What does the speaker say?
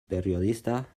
periodista